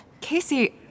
Casey